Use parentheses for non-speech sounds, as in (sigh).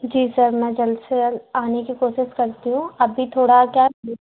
जी sir मैं जल्द से जल्द आने की कोशिश करती हूँ अभी थोड़ा क्या (unintelligible)